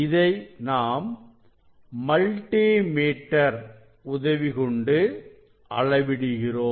இதை நாம் multimeter உதவிகொண்டு அள விடுகிறோம்